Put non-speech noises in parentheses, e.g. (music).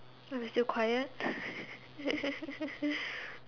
I'm still quiet (laughs)